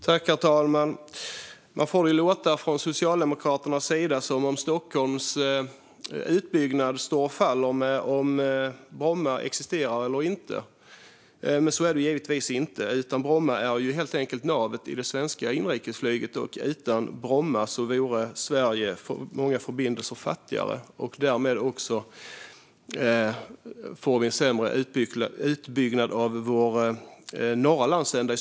Herr talman! Från Socialdemokraternas sida låter det som om Stockholms utbyggnad står och faller med om Bromma existerar eller inte. Men så är det givetvis inte. Bromma är helt enkelt navet i det svenska inrikesflyget, och utan Bromma vore Sverige många förbindelser fattigare. Därmed skulle vi också få en sämre utbyggnad av i synnerhet vår norra landsända.